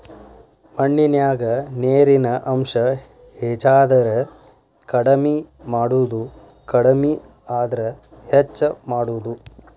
ಮಣ್ಣಿನ್ಯಾಗ ನೇರಿನ ಅಂಶ ಹೆಚಾದರ ಕಡಮಿ ಮಾಡುದು ಕಡಮಿ ಆದ್ರ ಹೆಚ್ಚ ಮಾಡುದು